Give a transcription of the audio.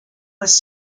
was